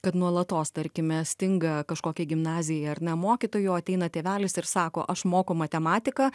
kad nuolatos tarkime stinga kažkokiai gimnazijai ar ne mokytojų o ateina tėvelis ir sako aš moku matematiką